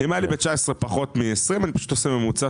אם היה לי ב-2019 פחות מאשר ב-2020 אני פשוט עושה ממוצע,